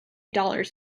dollars